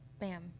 bam